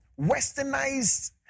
westernized